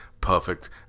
perfect